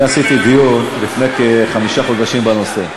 אני עשיתי דיון לפני כחמישה חודשים בנושא.